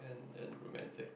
and and romantic